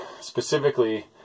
Specifically